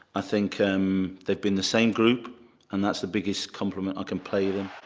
i think they've been the same group and that's the biggest compliment i can pay them.